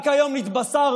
רק היום התבשרנו